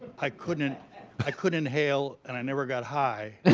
i couldn't i couldn't inhale, and i never got high and